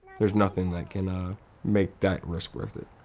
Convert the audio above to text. there's nothing that can ah make that risk worth it.